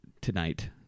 tonight